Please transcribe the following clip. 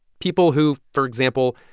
people who, for example,